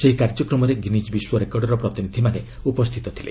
ସେହି କାର୍ଯ୍ୟକ୍ରମରେ ଗିନିଜ୍ ବିଶ୍ୱ ରେକର୍ଡ଼ର ପ୍ରତିନିଧ୍ୟମାନେ ଉପସ୍ଥିତ ଥିଲେ